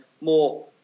more